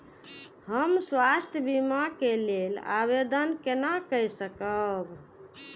हम स्वास्थ्य बीमा के लेल आवेदन केना कै सकब?